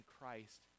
Christ